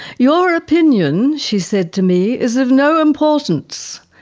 your opinion she said to me, is of no importance.